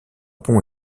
pont